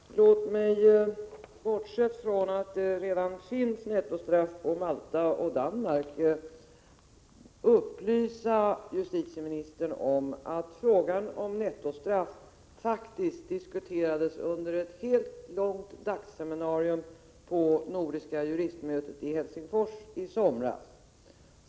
Fru talman! Låt mig, bortsett från att det redan finns nettostraff på Malta och i Danmark, få upplysa justitieministern om att frågan om nettostraff faktiskt diskuterades under ett helt långt dagsseminarium på nordiska juristmötet i Helsingfors i somras.